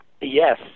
yes